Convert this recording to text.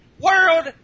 World